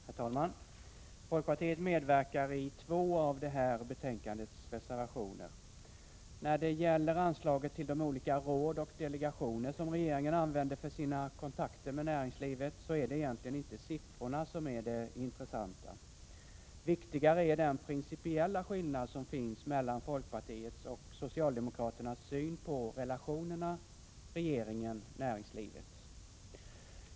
Herr talman! Folkpartiet medverkar i två av reservationerna till detta betänkande. När det gäller anslaget till de olika råd och delegationer som regeringen använder för sina kontakter med näringslivet är det egentligen inte siffrorna som är det intressanta. Viktigare är den principiella skillnad som finns mellan folkpartiets och socialdemokraternas syn på relationerna regeringen-näringslivet.